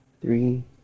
three